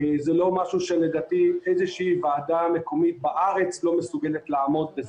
זה לא משהו שלדעתי איזושהי ועדה מקומית בארץ לא מסוגלת לעמוד בזה.